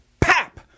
pap